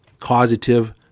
causative